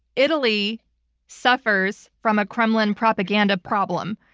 italy suffers from a kremlin propaganda problem.